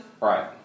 right